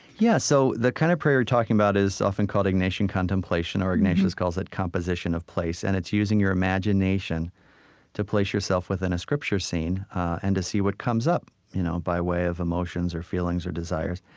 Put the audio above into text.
yeah, so the kind of prayer you're talking about is often called ignatian contemplation, or ignatius calls it composition of place. and it's using your imagination to place yourself within a scripture scene and to see what comes up you know by way of emotions or feelings or desires.